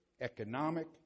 economic